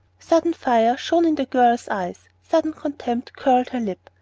sudden fire shone in the girl's eyes, sudden contempt curled her lip,